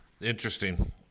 Interesting